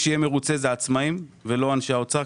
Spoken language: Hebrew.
שיהיה מרוצה אלה העצמאים ולא אנשי האוצר.